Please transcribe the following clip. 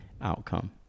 outcome